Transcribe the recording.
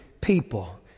people